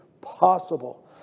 possible